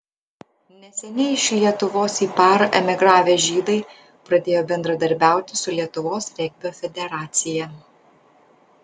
neseniai iš lietuvos į par emigravę žydai pradėjo bendradarbiauti su lietuvos regbio federacija